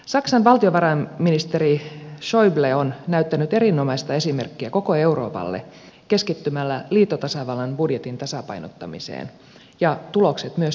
saksan valtiovarainministeri schäuble on näyttänyt erinomaista esimerkkiä koko euroopalle keskittymällä liittotasavallan budjetin tasapainottamiseen ja tulokset myös näkyvät